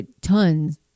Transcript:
tons